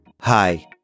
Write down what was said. Hi